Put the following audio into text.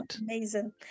Amazing